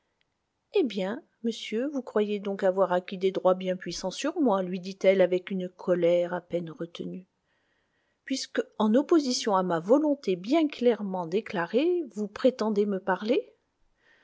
eh bien monsieur vous croyez donc avoir acquis des droits bien puissants sur moi lui dit-elle avec une colère à peine retenue puisque en opposition à ma volonté bien clairement déclarée vous prétendez me parler